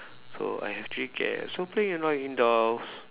so I have three cats so playing around in the house